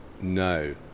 No